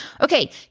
Okay